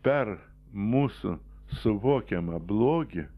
per mūsų suvokiamą blogį